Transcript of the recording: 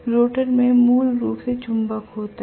rotor में मूल रूप से चुंबक होता है